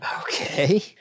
Okay